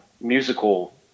musical